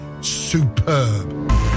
superb